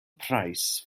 price